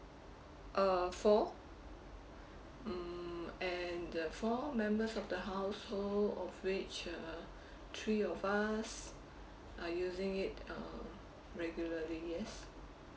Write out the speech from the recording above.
err four hmm and the four members of the household of which uh three of us are using it um regularly yes